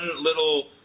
little